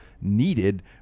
needed